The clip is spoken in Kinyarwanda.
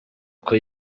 uko